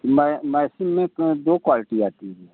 मैं मैसिम में दो क्वालिटी आती है